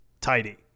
tidy